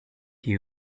hue